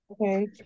Okay